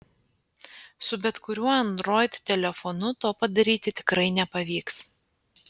su bet kuriuo android telefonu to padaryti tikrai nepavyks